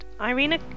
Irina